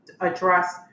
address